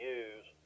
use